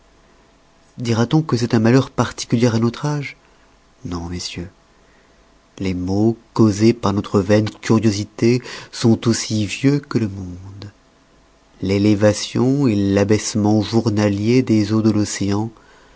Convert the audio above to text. dira-t-on que c'est un malheur particulier à notre âge non messieurs les maux causés par notre vaine curiosité sont aussi vieux que le monde l'élévation l'abaissement journaliers des eaux de l'océan